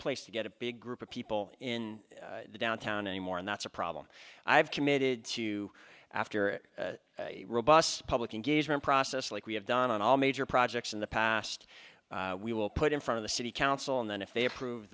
place to get a big group of people in downtown anymore and that's a problem i've committed to after a robust public engagement process like we have done on all major projects in the past we will put in front of the city council and then if they approve